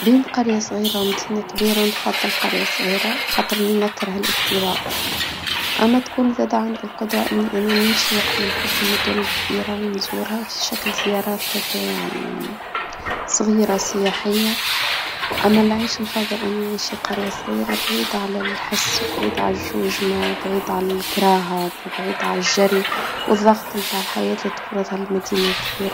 بين قرية صغيرة ومدينة كبيرة نفضل قرية صغيرة خاطر اني نكره الاكتراث اما تكون عندي القدرة ان انا نمشي وقت ما نحب المدن الكبيرة ونزورها في شكل زيارات هاكا يعني صغيرة سياحية انا نعيش منفضل اني نعيش قرية صغيرة بعيدة على الحس وبعيد عالجوج ما بعيد على الكراهات وبعيد عالجري والضغط متاع الحياة اللي تفرضها المدينة الكبيرة